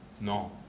No